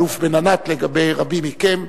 האלוף בן-ענת לגבי רבים מכם,